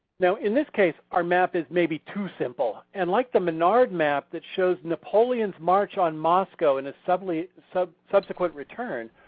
now in this case our map is maybe too simple. and like the maynard map that shows napoleon's march on moscow in a subsequent so subsequent return,